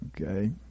Okay